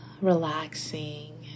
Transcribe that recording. relaxing